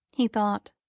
he thought,